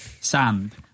sand